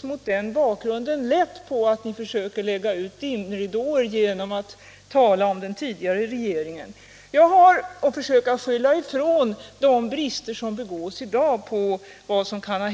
Mot den bakgrunden tar jag givetvis lätt på att ni försöker lägga ut dimridåer genom att tala om den tidigare regeringen och försöker få oss att bortse från dagens brister genom att tala om vad som hänt förut.